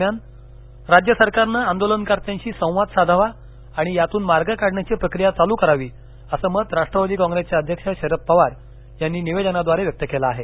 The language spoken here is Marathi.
दरम्यान राज्य सरकारन आंदोलनकर्त्यांशी संवाद साधावा आणि यातुन मार्ग काढण्याची प्रक्रिया चालु करावी असं मत राष्ट्रवादी कॉप्रेसचे अध्यक्ष शरद पवार यांनी निवेदनाद्वारे व्यक्त केलं आहे